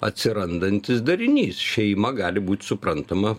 atsirandantis darinys šeima gali būt suprantama